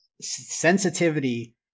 Sensitivity